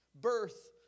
birth